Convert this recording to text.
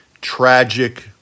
tragic